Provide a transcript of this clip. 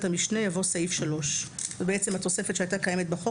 המשנה יבוא "(סעיף 3)"; זוהי בעצם התוספת שהייתה קיימת בחוק,